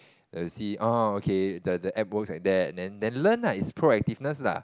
to see orh okay the the app works like that then learn lah is proactiveness lah